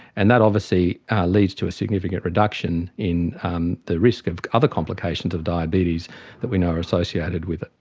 and that obviously leads to a significant reduction in um the risk of other complications of diabetes that we know are associated with it.